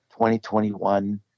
2021